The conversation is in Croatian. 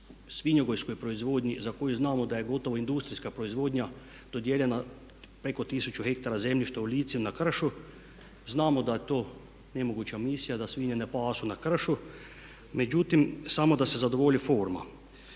svinjogojskoj proizvodnji za koju znamo da je gotovo industrija proizvodnja dodijeljena preko tisuću hektara zemljišta u Lici na kršu. Znamo da je to nemoguća misija, da svinje ne pasu na kršu, međutim samo da se zadovolji forma.